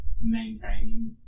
maintaining